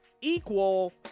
equal